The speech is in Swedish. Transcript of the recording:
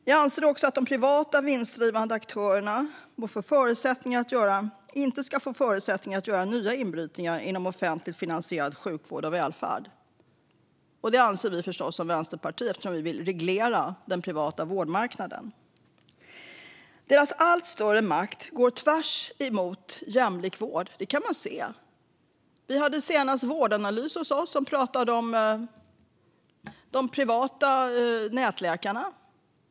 Jag anser också att de privata vinstdrivande aktörerna inte ska få förutsättningar att göra nya inbrytningar inom offentligt finansierad sjukvård och välfärd. Detta anser vi förstås som vänsterparti eftersom vi vill reglera den privata vårdmarknaden. De privata aktörernas allt större makt går på tvärs mot jämlik vård; det kan man se. Vi hade senast Vårdanalys hos oss, som pratade om de privata nätläkarna.